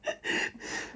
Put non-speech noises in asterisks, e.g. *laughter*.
*laughs*